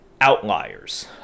outliers